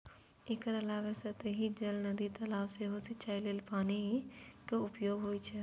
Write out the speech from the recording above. एकर अलावे सतही जल, नदी, तालाब सं सेहो सिंचाइ लेल पानिक उपयोग होइ छै